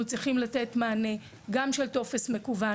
צריכים לתת מענה גם של טופס מקוון,